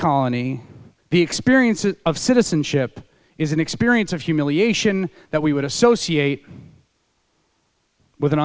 colony the experiences of citizenship is an experience of humiliation that we would associate with an